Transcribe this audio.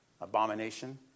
abomination